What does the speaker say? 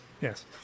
Yes